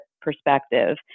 perspective